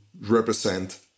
represent